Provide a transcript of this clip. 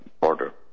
order